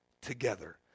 together